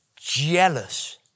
Jealous